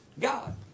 God